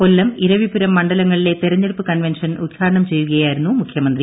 കൊല്ലം ഇരവിപുരം മണ്ഡലങ്ങളിലെ തിരഞ്ഞെടുപ്പ് കൺവെൻഷൻ ഉദ്ഘാടനം ചെയ്യുകയായിരുന്നു മുഖ്യമന്ത്രി